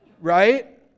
right